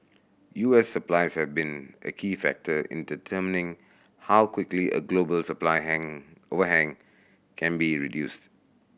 U S supplies have been a key factor in determining how quickly a global supply hang overhang can be reduced